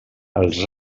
els